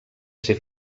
ser